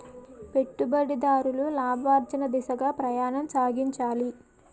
పెట్టుబడిదారులు లాభార్జన దిశగా ప్రయాణం సాగించాలి